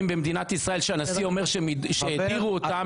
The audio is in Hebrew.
במדינת ישראל שהנשיא אומר שהדירו אותם?